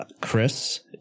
Chris